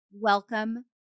welcome